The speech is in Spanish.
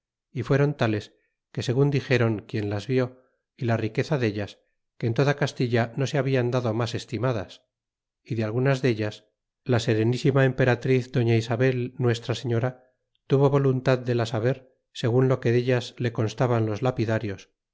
é fueron tales que segun dixéron quien las vid y la riqueza deltas que en toda castilla no se hablan dado mas estimadas y de algunas dellas la serenísima emperatriz doña isabel nuestra señora tuvo voluntad de las haber segun lo que dellas le contaban los lapidarios